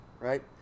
right